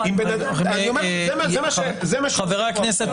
חברי הכנסת